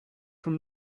from